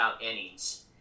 innings